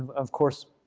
of course,